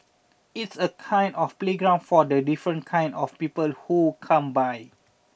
it's a kind of playground for the different kinds of people who come by